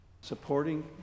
Supporting